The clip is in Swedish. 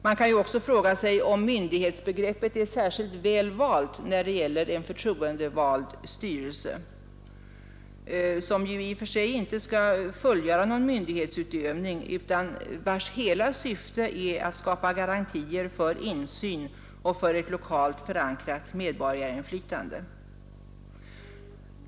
Man kan också fråga om myndighetsbegreppet passar särskilt väl när det gäller en förtroendevald styrelse, som i och för sig inte skall fullgöra någon myndighetsutövning utan vars hela syfte är att skapa garantier för insyn och för lokalt förankrat medborgarinflytande.